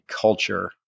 culture